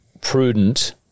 prudent